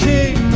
King